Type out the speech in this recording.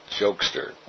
jokester